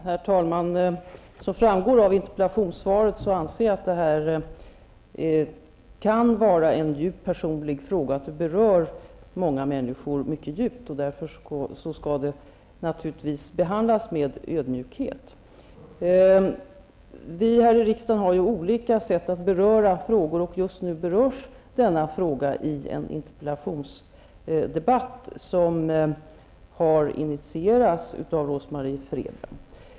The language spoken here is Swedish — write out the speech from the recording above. Herr talman! Som framgår av interpellationssvaret anser jag att det här kan vara en personlig fråga som berör många människsor mycket djupt. Därför skall den naturligtvis behandlas med ödmjukhet. Här i riksdagen har vi olika sätt att beröra frågor och just nu berörs frågan i en interpellationsdebatt, som har initierats av Rose-Marie Frebran.